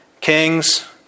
Kings